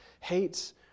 hates